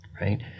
right